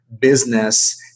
business